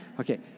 Okay